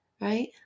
right